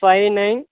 five nine